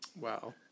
Wow